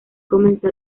comenzó